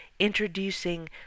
Introducing